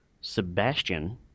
Sebastian